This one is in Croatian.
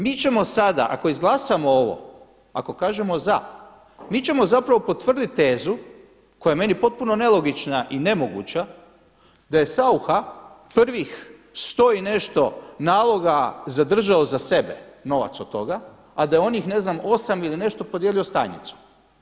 Mi ćemo sada ako izglasamo ovo, ako kažemo za, mi ćemo zapravo potvrditi tezu koja je meni potpuno nelogična i nemoguća da je Saucha prvih 100 i nešto naloga zadržao za sebe, novac od toga a da je onih, ne znam 8 ili nešto podijelio sa tajnicom.